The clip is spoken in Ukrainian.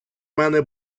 мене